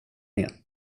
med